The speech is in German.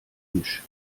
inch